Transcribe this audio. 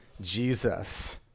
Jesus